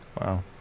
Wow